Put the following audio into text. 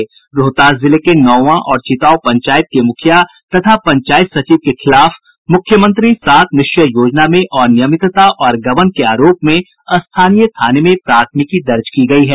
रोहतास जिले के नौंवा और चिताव पंचायत के मुखिया तथा पंचायत सचिव के खिलाफ मुख्यमंत्री सात निश्चय योजना में अनियमितता और गबन के आरोप में स्थानीय थाने में प्राथमिकी दर्ज की गयी है